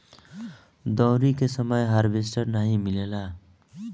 दँवरी के समय हार्वेस्टर नाइ मिलेला